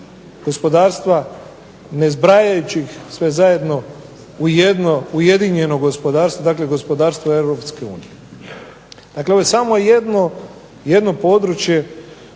gospodarstva, ne zbrajajući ih sve zajedno u jedno ujedinjeno gospodarstvo, dakle gospodarstvo Europske unije. Dakle, ovo je samo jedno područje